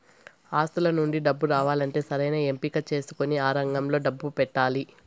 ఆస్తుల నుండి డబ్బు రావాలంటే సరైన ఎంపిక చేసుకొని ఆ రంగంలో డబ్బు పెట్టాలి